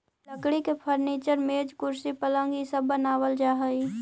लकड़ी के फर्नीचर, मेज, कुर्सी, पलंग इ सब बनावल जा हई